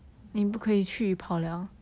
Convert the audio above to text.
oh my god